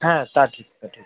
হ্যাঁ তা ঠিক তা ঠিক